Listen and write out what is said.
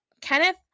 Kenneth